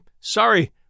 Sorry